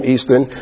Eastern